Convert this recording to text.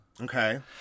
Okay